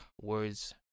words